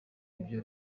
ibyo